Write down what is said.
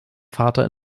vater